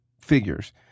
figures